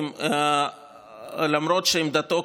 למרות שעמדתו,